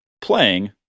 playing